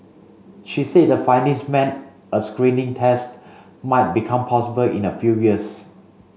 she said the findings meant a screening test might become possible in a few years